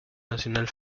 nacional